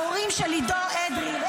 ההורים של עידו אדרי --- תודה רבה.